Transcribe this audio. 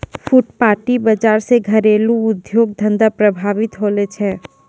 फुटपाटी बाजार से घरेलू उद्योग धंधा प्रभावित होलो छै